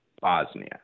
Bosnia